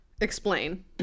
Explain